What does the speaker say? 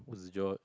was